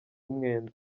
umwenda